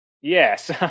Yes